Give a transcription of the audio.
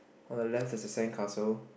on the left there's a sandcastle